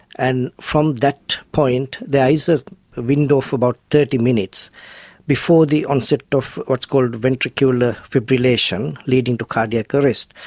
and from that point there is a window of about thirty minutes before the onset of what is called ventricular fibrillation leading to cardiac arrest.